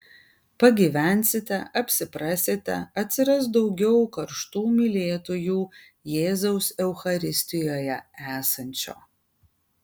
pagyvensite apsiprasite atsiras daugiau karštų mylėtojų jėzaus eucharistijoje esančio